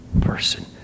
person